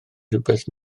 rhywbeth